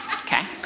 Okay